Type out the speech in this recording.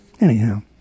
Anyhow